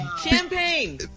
Champagne